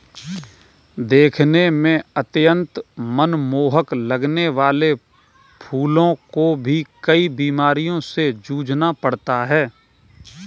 दिखने में अत्यंत मनमोहक लगने वाले फूलों को भी कई बीमारियों से जूझना पड़ता है